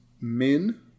Min